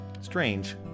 Strange